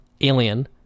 alien